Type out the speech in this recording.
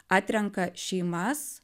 atrenka šeimas